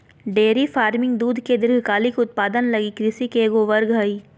dairy farming दूध के दीर्घकालिक उत्पादन लगी कृषि के एगो वर्ग हइ